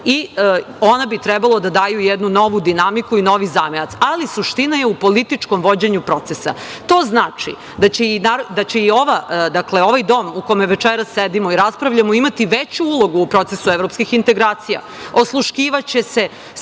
i ona bi trebala da daju jednu novu dinamiku i novi zamajac. Ali, suština je u političkom vođenju procesa. To znači, da će i ovaj, dakle, dom u kome večeras sedimo i raspravljamo imati veću ulogu u procesu evropskih integracija. Osluškivaće se